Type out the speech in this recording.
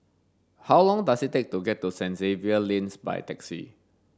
how long does it take to get to Saint Xavier's Lane by taxi